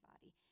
body